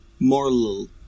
Morl